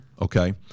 Okay